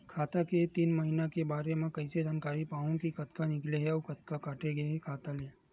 खाता के तीन महिना के बारे मा कइसे जानकारी पाहूं कि कतका निकले हे अउ कतका काटे हे खाता ले?